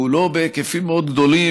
הוא לא בהיקפים מאוד גדולים,